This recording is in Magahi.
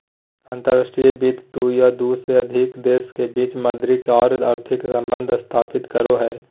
अंतर्राष्ट्रीय वित्त दू या दू से अधिक देश के बीच मौद्रिक आर आर्थिक सम्बंध स्थापित करो हय